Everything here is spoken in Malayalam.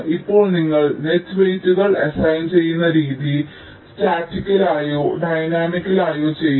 ഇപ്പോൾ നിങ്ങൾ നെറ്റ് വെയ്റ്റുകൾ അസൈൻ ചെയ്യുന്ന രീതി സ്റ്റാറ്റിക്കലായോ ഡയനാമിക്കലായോ ചെയ്യാം